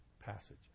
passage